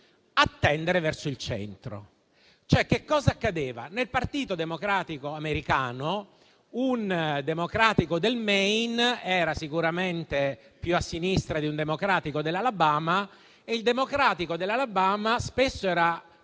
a tendere verso il centro. Che cosa accadeva? Nel Partito Democratico americano un democratico del Maine era sicuramente più a sinistra di un democratico dell'Alabama e il democratico dell'Alabama spesso era